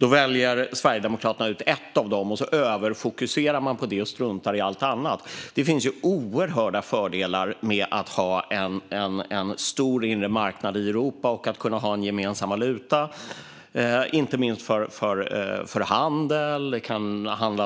väljer Sverigedemokraterna ut ett av dem, och så överfokuserar man på det och struntar i allt annat. Det finns oerhörda fördelar med att ha en stor inre marknad i Europa och att kunna ha en gemensam valuta, inte minst för handel.